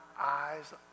eyes